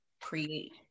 create